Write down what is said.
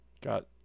got